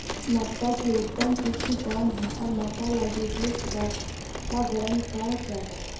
मक्का की उतम किस्म कौन है और मक्का लागि उपयुक्त बाताबरण का चाही?